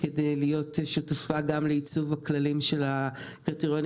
על מדיניות של אפס בנייה ציבורית,